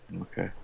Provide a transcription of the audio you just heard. Okay